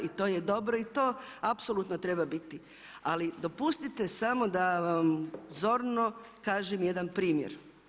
I to je dobro i to apsolutno treba biti, ali dopustite samo da vam zorno kažem jedan primjer.